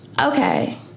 okay